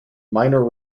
minor